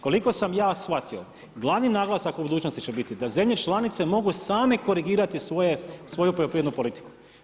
Koliko sam ja shvatio, glavni naglasak u budućnosti će biti da zemlje članice mogu same korigirati svoju poljoprivrednu politiku.